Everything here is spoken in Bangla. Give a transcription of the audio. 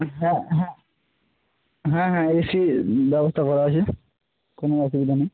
হ্যাঁ হ্যাঁ হ্যাঁ হ্যাঁ এ সির ব্যবস্থা করা আছে কোনো অসুবিধা নেই